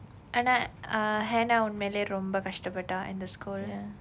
and at a hannah and may later on but vegetable dye in the school ya